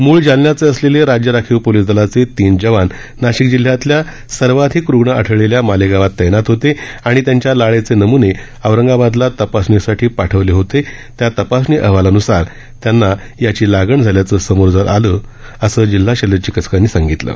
मूळ जालन्याचे असलेले राज्य राखीव पोलिस दलाचे तीन जवान नाशिक जिल्ह्यातील सर्वाधिक रुग्ण आढळलेल्या मालेगावमध्ये तैनात होते आणि त्यांच्या लाळेचे नमूने औरंगाबादला तपासणीसाठी पाठवण्यात आले होते त्या तपासणी अहवालानुसार त्यांना याची लागण झाल्याचं समोर आलं असल्याचं जिल्हा शल्य चिकित्सकांनी म्हटलं आहे